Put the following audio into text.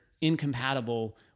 incompatible